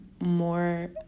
more